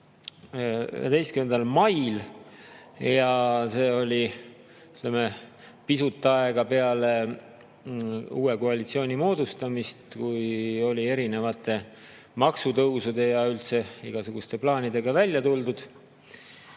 11. mail ja see oli pisut aega peale uue koalitsiooni moodustamist, kui oli erinevate maksutõusude ja üldse igasuguste plaanidega välja tuldud.